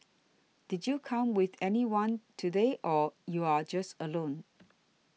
did you come with anyone today or you're just alone